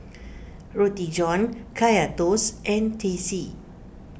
Roti John Kaya Toast and Teh C